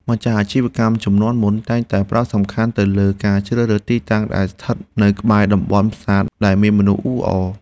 ម្ចាស់អាជីវកម្មជំនាន់មុនតែងតែផ្ដោតសំខាន់ទៅលើការជ្រើសរើសទីតាំងដែលស្ថិតនៅក្បែរតំបន់ផ្សារដែលមានមនុស្សអ៊ូអរ។